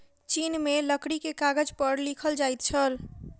चीन में लकड़ी के कागज पर लिखल जाइत छल